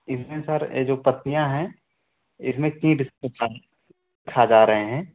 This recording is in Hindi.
इसमें सर ये जो पत्तियां हैं इसमें कीड़े खा जा रहे हैं